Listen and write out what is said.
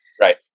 Right